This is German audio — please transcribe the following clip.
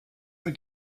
mit